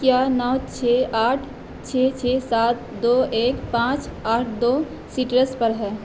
کیا نو چھ آٹھ چھ چھ سات دو ایک پانچ آٹھ دو سٹیس پر ہے